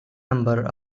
number